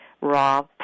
raw